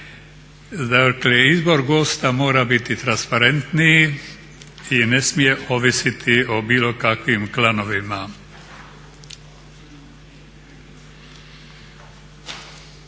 Dakle izbor gosta mora biti transparentniji i ne smije ovisiti o bilo kakvim klanovima.